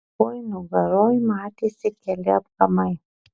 nuogoj nugaroj matėsi keli apgamai